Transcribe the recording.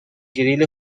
گریل